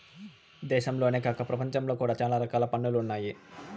దేశంలోనే కాక ప్రపంచంలో కూడా చాలా రకాల పన్నులు ఉన్నాయి